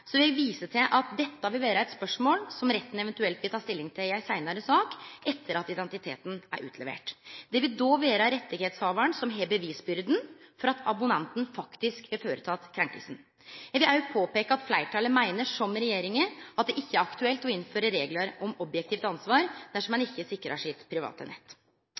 vise til at dette vil vere eit spørsmål som retten eventuelt vil ta stilling til i ei seinare sak, etter at identiteten er utlevert. Det vil då vere rettshavaren som har bevisbyrda for at abonnenten faktisk har gjort krenkinga. Eg vil òg peike på at fleirtalet meiner, som regjeringa, at det ikkje er aktuelt å innføre reglar om objektivt ansvar dersom ein ikkje sikrar sitt private nett.